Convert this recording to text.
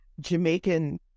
Jamaican